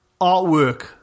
Artwork